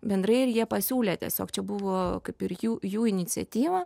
bendrai ir jie pasiūlė tiesiog čia buvo kaip ir jų jų iniciatyva